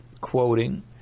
Quoting